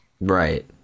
Right